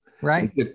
Right